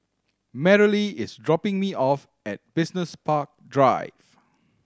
Merrily is dropping me off at Business Park Drive